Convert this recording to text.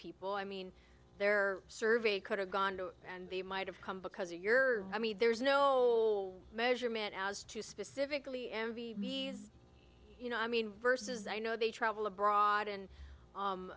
people i mean their survey could have gone and they might have come because you're i mean there's no measurement as to specifically envy you know i mean versus i know they travel abroad and